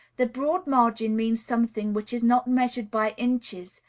the broad margin means something which is not measured by inches,